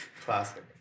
classic